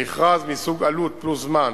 מכרז מסוג עלות פלוס זמן,